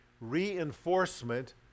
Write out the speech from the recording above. reinforcement